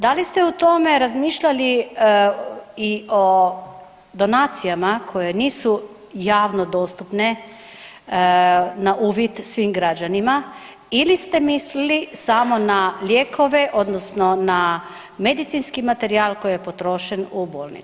Da li ste o tome razmišljali i o donacijama koje nisu javno dostupne na uvid svim građanima ili ste mislili samo na lijekove, odnosno na medicinski materijal koji je potrošen u bolnicama?